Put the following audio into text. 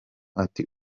ati